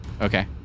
Okay